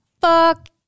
fuck